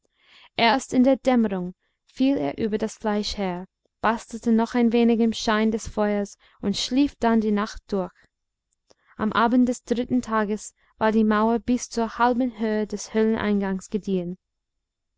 erst in der dämmerung fiel er über das fleisch her bastelte noch ein wenig im schein des feuers und schlief dann die nacht durch am abend des dritten tages war die mauer bis zur halben höhe des höhleneingangs gediehen